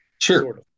Sure